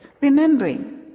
remembering